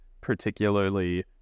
particularly